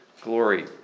glory